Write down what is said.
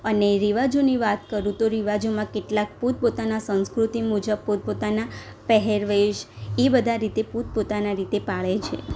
અને રિવાજોની વાત કરું તો રિવાજોમાં કેટલાક પોતપોતાના સંસ્કૃતિ મુજબ પોતપોતાના પહેરવેશ એ બધા રીતે પોતપોતાના રીતે પાળે છે